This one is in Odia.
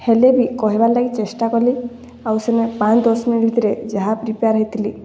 ହେଲେବି କହେବାର୍ଲାଗି ଚେଷ୍ଟା କଲି ଆଉ ସେନୁ ପାଞ୍ଚ୍ ଦଶ୍ ମିନିଟ୍ ଭିତ୍ରେ ଯାହା ପ୍ରିପେୟାର୍ ହେଇଥିଲି